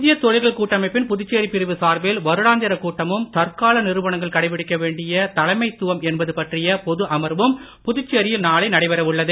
இந்திய தொழில்கள் கூட்டமைப்பின் புதுச்சேரி பிரிவு சார்பில் வருடாந்திர கூட்டமும் தற்கால நிறுவனங்கள் கடைபிடிக்க வேண்டிய தலைமைத்துவம் என்பது பற்றிய பொது அமர்வும் புதுச்சேரியில் நாளை நடைபெற உள்ளது